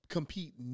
compete